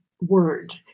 word